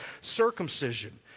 circumcision